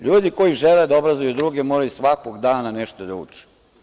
Ljudi koji žele da obrazuju druge moraju svakog dana nešto da uče.